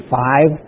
five